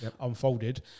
unfolded